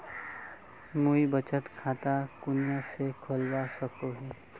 मुई बचत खता कुनियाँ से खोलवा सको ही?